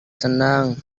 senang